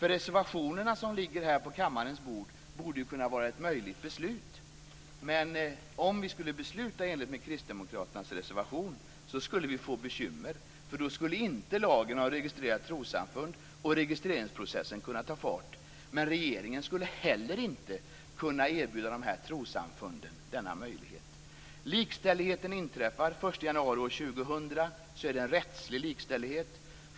Reservationerna på kammarens bord ska ju vara möjliga beslut, men om vi skulle besluta i enlighet med kristdemokraternas reservation skulle vi få bekymmer. Då skulle inte lagen om registrerat trossamfund och registreringsprocessen kunna ta fart, men regeringen skulle inte heller kunna erbjuda trossamfunden denna möjlighet. Likställigheten inträffar den 1 januari 2000. Det är en rättslig likställighet.